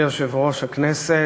מכובדי יושב-ראש הכנסת,